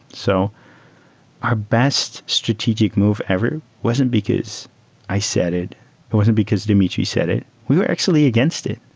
so our best strategic move ever wasn't because i said it. it wasn't because dimitri said it. we were actually against it.